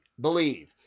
believe